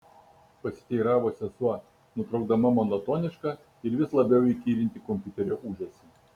pasiteiravo sesuo nutraukdama monotonišką ir vis labiau įkyrintį kompiuterio ūžesį